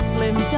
Slim